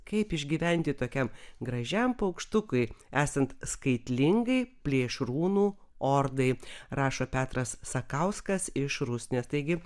kaip išgyventi tokiam gražiam paukštukui esant skaitlingai plėšrūnų ordai rašo petras sakauskas iš rusnės taigi